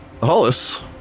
Hollis